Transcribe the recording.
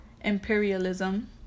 imperialism